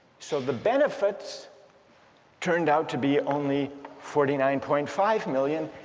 so the benefits turned out to be only forty nine point five million,